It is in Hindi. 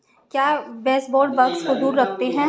क्या बेसबोर्ड बग्स को दूर रखते हैं?